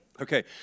Okay